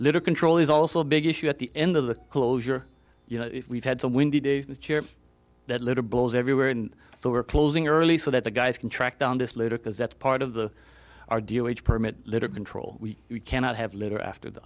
little control is also a big issue at the end of the closure you know we've had some windy days in the chair that litter blows everywhere and so we're closing early so that the guys can track down this later because that's part of the our deal which permit litter control we cannot have litter after the